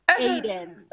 Aiden